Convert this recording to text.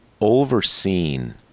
overseen